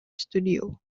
studio